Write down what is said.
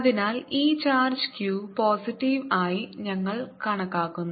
അതിനാൽ ഈ charge q positive ആയി ഞങ്ങൾ കണക്കാക്കുന്നു